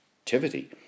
activity